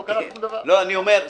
לא קרה שום דבר.